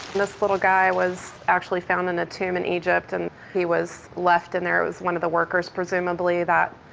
this little guy was actually found in a tomb in egypt, and he was left in there. it was one of the workers presumably that,